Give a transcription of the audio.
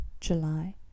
July